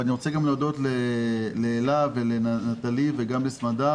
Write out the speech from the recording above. אבל אני רוצה גם להודות לאלה לנטלי וגם לסמדר